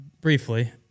briefly